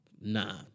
Nah